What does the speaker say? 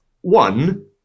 one